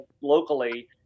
locally